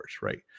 right